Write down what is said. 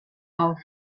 auf